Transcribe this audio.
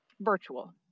Virtual